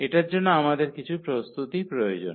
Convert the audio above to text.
এটার জন্য আমাদের কিছু প্রস্তুতি প্রয়োজন